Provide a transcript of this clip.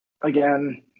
Again